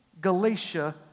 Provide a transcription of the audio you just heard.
Galatia